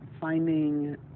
finding